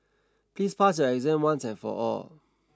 please pass your exam once and for all